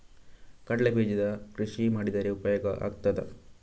ಕಡ್ಲೆ ಬೀಜದ ಕೃಷಿ ಮಾಡಿದರೆ ಉಪಯೋಗ ಆಗುತ್ತದಾ?